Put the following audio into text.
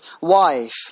wife